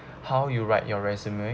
how you write your resume